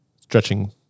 stretching-